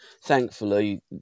thankfully